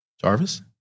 Jarvis